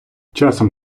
часом